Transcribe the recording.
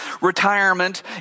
retirement